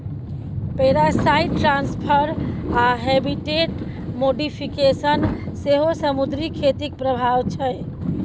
parasite transfer आ habitat modification सेहो समुद्री खेतीक प्रभाब छै